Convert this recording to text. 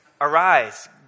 Arise